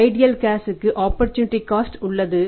ideal cash உள்ளது